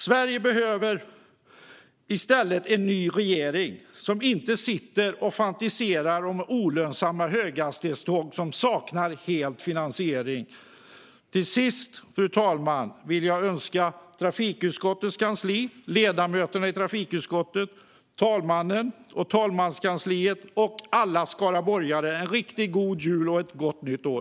Sverige behöver i stället en ny regering som inte sitter och fantiserar om olönsamma höghastighetståg som helt saknar finansiering. Till sist, fru talman, vill jag önska trafikutskottets kansli, ledamöterna i trafikutskottet, talmannen och talmanskansliet samt alla skaraborgare en riktigt god jul och ett gott nytt år.